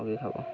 আৰু কি খাব